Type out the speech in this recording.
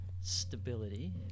Stability